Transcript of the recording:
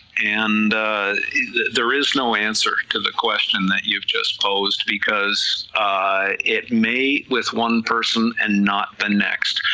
and there is no answer to the question that you've just posed, because it may with one person and not the next,